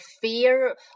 fear